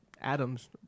atoms